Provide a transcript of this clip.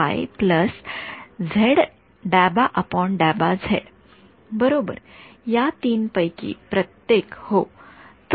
विद्यार्थीः बरोबर या तीन पैकी प्रत्येक हो